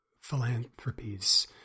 philanthropies